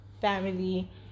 family